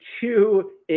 two